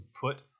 put